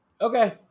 Okay